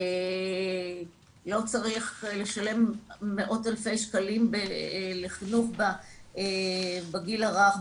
לא צריך לשלם מאות אלפי שקלים לחינוך בגיל הרך,